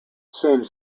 same